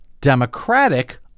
Democratic